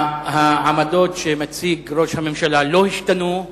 העמדות שמציג ראש הממשלה לא השתנו,